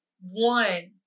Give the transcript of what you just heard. one